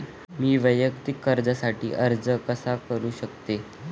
मी वैयक्तिक कर्जासाठी अर्ज कसा करु शकते?